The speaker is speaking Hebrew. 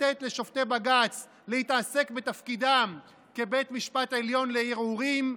לתת לשופטי בג"ץ להתעסק בתפקידם כבית משפט עליון לערעורים,